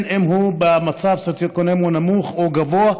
אם הוא במצב סוציו-אקונומי נמוך או גבוה,